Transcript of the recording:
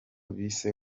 bise